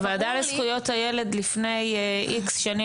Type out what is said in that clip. בוועדה לזכויות הילד לפני איקס שנים,